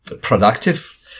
productive